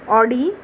Audi